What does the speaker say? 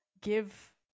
give